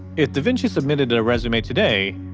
if da vinci submitted a resume today,